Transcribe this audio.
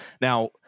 now